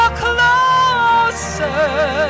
closer